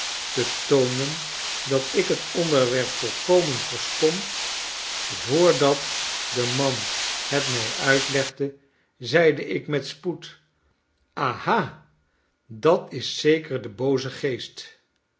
te toonen dat ik het onderwerp volkomen verstond voordat de man het mij uitlegde zeide ik met spoed aha dat is zeker de booze geest